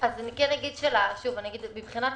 מבחינה תקציבית,